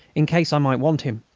in case i might want him.